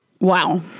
Wow